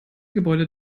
gebäude